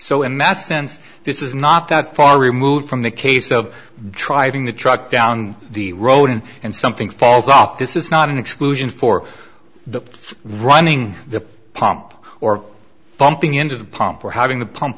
so in math since this is not that far removed from the case of driving the truck down the road in and something falls off this is not an exclusion for the running the pump or bumping into the pump or having the pump